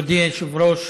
מכובדי היושב-ראש,